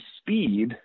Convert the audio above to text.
speed